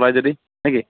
ওলাই যদি নে কি